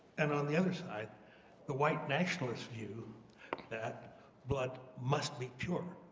and on the other side the white nationalist view that blood must be pure,